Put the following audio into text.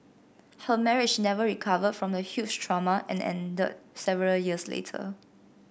her marriage never recovered from the huge trauma and ended several years later